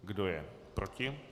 Kdo je proti?